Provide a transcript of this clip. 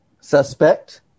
suspect